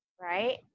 right